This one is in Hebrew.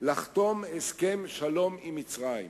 לחתום הסכם שלום עם מצרים.